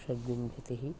षड्विंशतिः